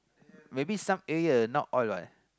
maybe some area not all what